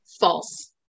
False